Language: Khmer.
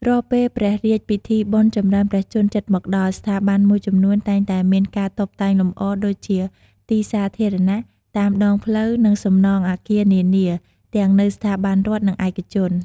រាល់ពេល ព្រះរាជពិធីបុណ្យចម្រើនព្រះជន្ម ជិតមកដល់ ស្ថាប័នមួយចំនួនតែងតែមាន ការតុបតែងលម្អ ដូចជា ទីសាធារណៈ តាមដងផ្លូវ និង សំណង់អគារនានា ទាំងនៅ ស្ថាប័នរដ្ឋ និង ឯកជន។